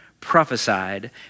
prophesied